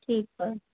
ठीकु आहे